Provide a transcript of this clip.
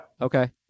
Okay